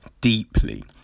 deeply